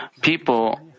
people